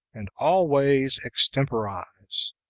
and always extemporize.